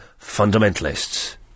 fundamentalists